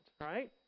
Right